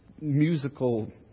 musical